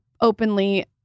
openly